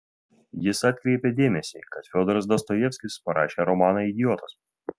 jis atkreipė dėmesį kad fiodoras dostojevskis parašė romaną idiotas